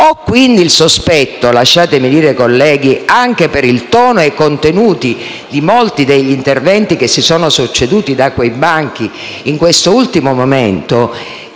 Ho quindi il sospetto - lasciatemi dire, colleghi, anche per il tono e i contenuti di molti degli interventi che si sono succeduti da quei banchi, in quest'ultimo momento